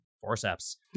Forceps